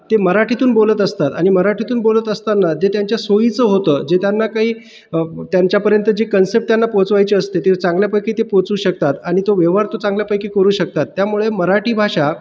ते मराठीतून बोलत असतात आणि मराठीतून बोलत असताना ते त्यांच्या सोयीचं होतं जे त्यांना काही त्यांच्यापर्यंत जी कन्सेप्ट त्यांना पोहचवायची असते ते चांगल्यापैकी ते पोहचवू शकतात आणि तो व्यवहार तो चांगल्यापैकी करू शकतात त्यामुळे मराठी भाषा